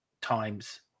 times